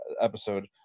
episode